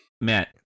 Matt